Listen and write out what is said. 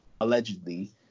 allegedly